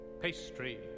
Pastry